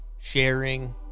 sharing